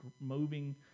moving